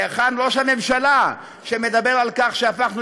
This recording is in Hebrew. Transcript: והיכן ראש הממשלה שמדבר על כך שהפכנו